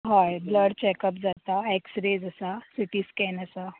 हय blood check up जाता X rays आसा सि टी स्केन आसा